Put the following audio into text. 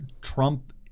Trump